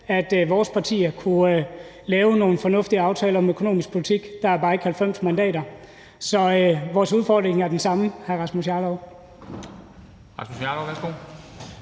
at vores partier kunne lave nogle fornuftige aftaler om den økonomiske politik. Der er bare ikke 90 mandater. Så vores udfordring er den samme, hr. Rasmus Jarlov.